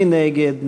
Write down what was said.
מי נגד?